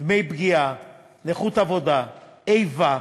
דמי פגיעה, נכות עבודה, איבה,